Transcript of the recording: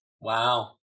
Wow